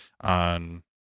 on